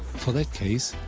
for that case,